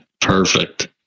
Perfect